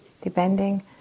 depending